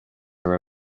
are